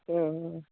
ആ